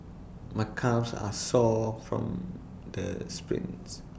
my calves are sore from the sprints